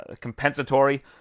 compensatory